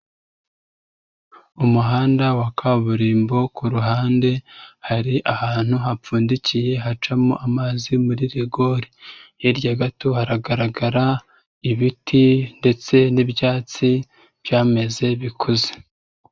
Umuhanda wa kaburimbo, ku ruhande hari ahantu hapfundikiye hacamo amazi muri rigori. Hirya gato hagaragara ibiti ndetse n'ibyatsi byameze bikuze.